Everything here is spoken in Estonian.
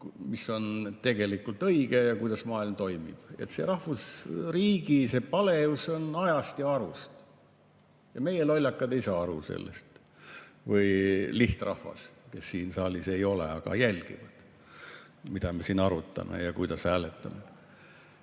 mis on tegelikult õige ja kuidas maailm toimib. Rahvusriigi paleus on ajast ja arust. Aga meie, lollakad, ei saa sellest aru, või lihtrahvas, keda siin saalis ei ole, aga kes jälgib, mida me siin arutame ja kuidas hääletame,